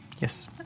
Yes